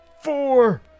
four